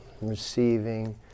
receiving